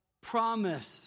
promise